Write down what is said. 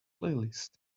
playlist